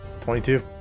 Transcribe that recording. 22